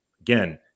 Again